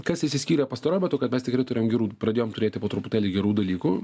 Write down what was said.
kas išsiskyrė pastaruoju metu kad mes tikrai turim gerų pradėjom turėti po truputėlį gerų dalykų